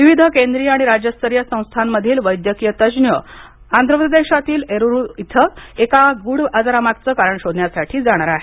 विविध केंद्रीय आणि राज्यस्तरीय संस्थांमधील वैद्यकीय तज्ञ आंध्रप्रदेशातील एलुरु इथं या गूढ आजारामागचं कारण शोधण्यासाठी जाणार आहेत